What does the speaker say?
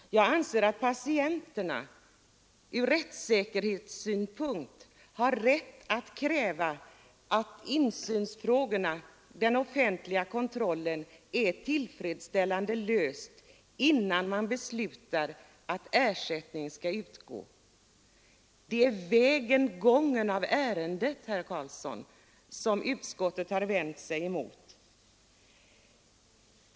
Jag anser att patienterna ur rättssäkerhetssynpunkt har anledning kräva att insynsfrågorna — den offentliga kontrollen — är tillfredsställande lösta innan man beslutar att ersättning skall utgå. Det är gången av ärendet, herr Carlsson i Vikmanshyttan, som utskottet har vänt sig mot.